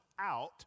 out